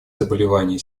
заболевания